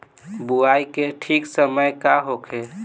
बुआई के ठीक समय का होखे?